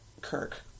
Kirk